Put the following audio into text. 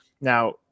Now